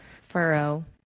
furrow